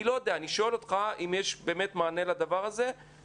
אני לא יודע ואני שואל אותך אם יש מענה לדבר הזה.